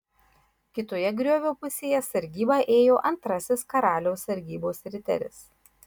kitoje griovio pusėje sargybą ėjo antrasis karaliaus sargybos riteris